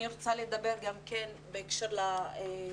אני רוצה לדבר גם כן בהקשר לחברה,